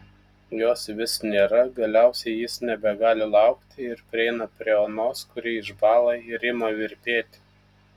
jos vis nėra galiausiai jis nebegali laukti ir prieina prie onos kuri išbąla ir ima virpėti